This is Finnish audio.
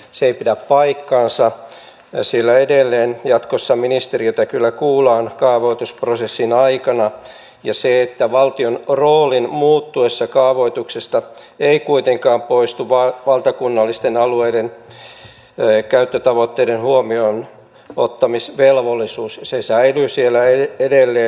se ei pidä paikkansa sillä edelleen jatkossa ministeriötä kyllä kuullaan kaavoitusprosessin aikana ja valtion roolin muuttuessa kaavoituksesta ei kuitenkaan poistu valtakunnallisten alueiden käyttötavoitteiden huomioonottamisvelvollisuus se säilyy siellä edelleen